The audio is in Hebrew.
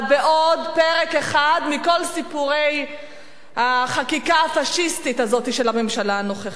בעוד פרק אחד מכל סיפורי החקיקה הפאשיסטית הזאת של הממשלה הנוכחית.